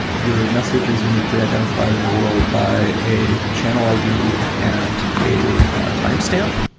your message is uniquely identified in the world by a channel id and a timestamp.